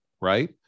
right